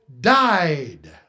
died